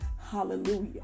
Hallelujah